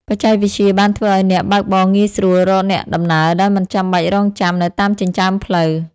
បច្ចេកវិទ្យាបានធ្វើឱ្យអ្នកបើកបរងាយស្រួលរកអ្នកដំណើរដោយមិនចាំបាច់រង់ចាំនៅតាមចិញ្ចើមផ្លូវ។